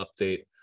update